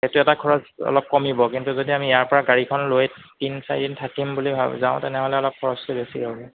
সেইটো এটা খৰচ অলপ কমিব কিন্তু যদি আমি ইয়াৰ পৰা গাড়ীখন লৈ তিনি চাৰিদিন থাকিম বুলি ভাব যাওঁ তেনেহ'লে অলপ খৰচটো বেছি হ'ব